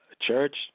church